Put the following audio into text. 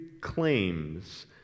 claims